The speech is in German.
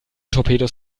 torpedos